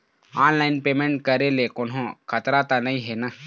Online payment करे ले कोन्हो खतरा त नई हे न?